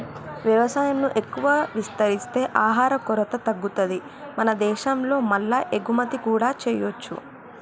వ్యవసాయం ను ఎక్కువ విస్తరిస్తే ఆహార కొరత తగ్గుతది మన దేశం లో మల్ల ఎగుమతి కూడా చేయొచ్చు